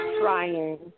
trying